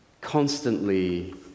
constantly